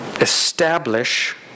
establish